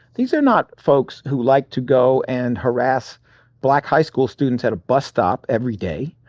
these are not folks who like to go and harass black high school students at a bus stop every day.